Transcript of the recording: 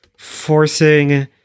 Forcing